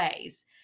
ways